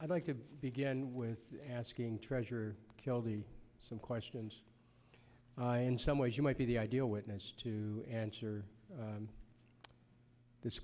i'd like to begin with asking treasurer kill the some questions in some ways you might be the ideal witness to answer this